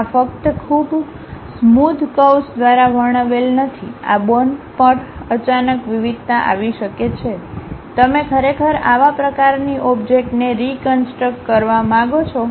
આ ફક્ત ખૂબ સ્મોધ કર્વ્સ દ્વારા વર્ણવેલ નથી આ બોનં પર અચાનક વિવિધતા આવી શકે છે તમે ખરેખર આવા પ્રકારની ઓબ્જેક્ટ ને રીકન્સટ્રક્ કરવા માંગો છો